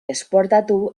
esportatu